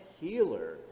healer